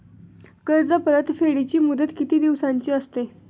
कर्ज परतफेडीची मुदत किती दिवसांची असते?